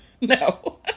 no